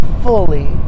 fully